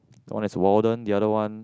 the one is Walden the other one